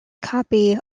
copy